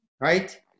right